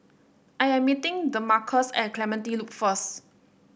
I am meeting Demarcus at Clementi Loop first